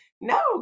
no